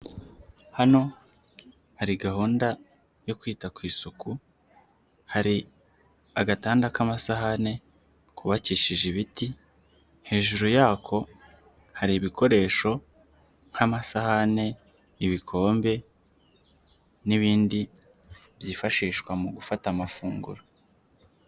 Hano hari gahunda yo kwita ku isuku, hari agatanda k'amasahani kubakishije ibiti, hejuru yako hari ibikoresho nk'amasahani ibikombe n'ibindi byifashishwa mu gufata amafunguro.